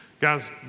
Guys